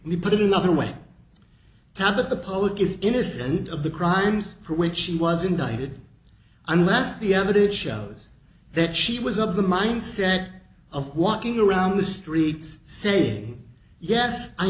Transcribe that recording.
me put it another way how the public is innocent of the crimes for which she was indicted unless the evidence shows that she was of the mindset of walking around the streets saying yes i